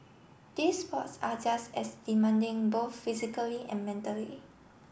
these sports are just as demanding both physically and mentally